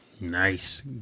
Nice